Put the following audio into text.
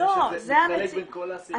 אומרים שזה מתחלק בין כל העשירונים.